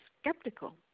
skeptical